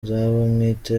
nzabamwita